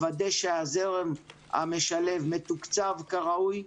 לוודא שהזרם המשלב מתוקצב כראוי,